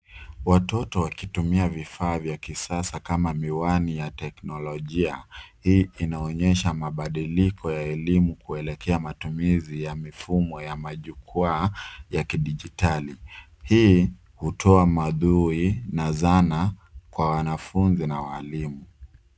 Watoto wakitumia vifaa vya kisasa kama miwani ya teknolojia. Hii inaonyesha mabadiliko ya elimu kuelekea matumizi ya mifumo ya majukwaa ya kidijitali. Hii hutoa maudhui na zana kwa wanafunzi na walimu.